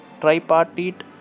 tripartite